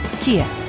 Kia